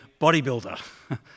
bodybuilder